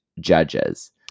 judges